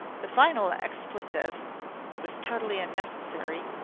the final expletive was totally unnecessary,